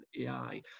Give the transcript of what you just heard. AI